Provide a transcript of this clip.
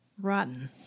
Rotten